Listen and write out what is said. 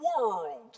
world